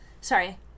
Sorry